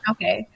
Okay